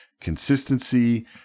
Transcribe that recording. consistency